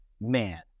man